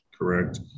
correct